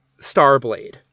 Starblade